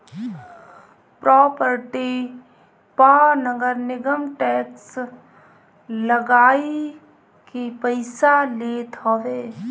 property पअ नगरनिगम tax लगाइ के पईसा लेत हवे